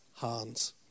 hands